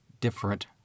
different